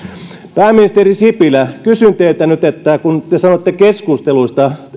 pääministeri sipilä kysyn teiltä nyt kun te sanoitte epävirallisista keskusteluista